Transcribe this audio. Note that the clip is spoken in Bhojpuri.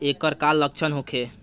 ऐकर का लक्षण होखे?